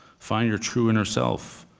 find your true inner self,